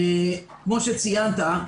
כפי שציינת,